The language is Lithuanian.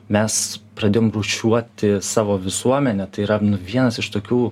mes pradėjom rūšiuoti savo visuomenę tai yra vienas iš tokių